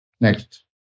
Next